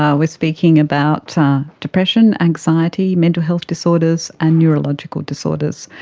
ah we're speaking about depression, anxiety, mental health disorders and neurological disorders.